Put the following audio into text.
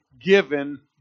given